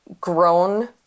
grown